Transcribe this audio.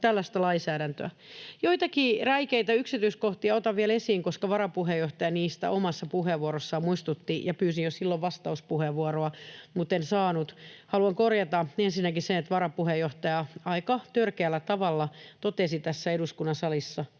tällaista lainsäädäntöä. Joitakin räikeitä yksityiskohtia otan vielä esiin, koska varapuheenjohtaja niistä omassa puheenvuorossaan muistutti — ja pyysin jo silloin vastauspuheenvuoroa, mutta en saanut. Haluan korjata ensinnäkin sen, että varapuheenjohtaja aika törkeällä tavalla totesi tässä eduskunnan salissa,